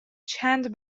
چند